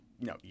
No